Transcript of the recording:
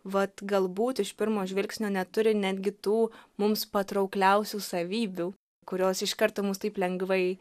vat galbūt iš pirmo žvilgsnio neturi netgi tų mums patraukliausių savybių kurios iš karto mus taip lengvai